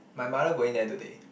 my mother going there today